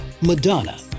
Madonna